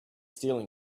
stealing